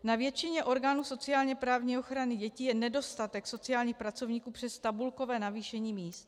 Na většině orgánů sociálněprávní ochrany dětí je nedostatek sociálních pracovníků přes tabulkové navýšení míst.